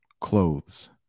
Clothes